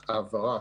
ההעברה